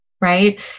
right